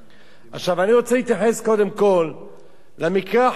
אני רוצה להתייחס למקרה החמור ביותר,